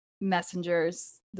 Messengers